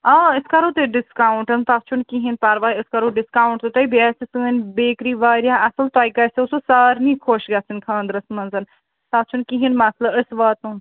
آ أسۍ کَرَو تۄہہِ ڈِسکاوُنٹَن تَتھ چھُنہٕ کِہیٖنۍ پرواے أسۍ کَرَو ڈِسکاوُنٹ تہِ تۄہہِ بیٚیہِ آسہِ سٲنۍ بیکری واریاہ اَصٕل تۄہہِ گژھیو سُہ واریاہ خۄش گَژھٕنۍ خانٛدرَس منٛز تَتھ چھِنہٕ کِہیٖنۍ مسلہٕ أسۍ واتُن